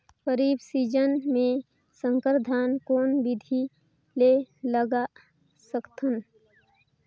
खरीफ season मे संकर धान कोन विधि ले लगा सकथन?